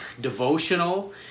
devotional